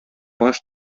баш